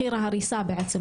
וזה מחיר ההריסה בעצם.